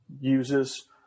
uses